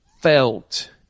felt